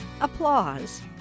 applause